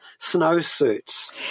snowsuits